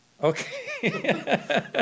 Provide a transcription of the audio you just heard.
Okay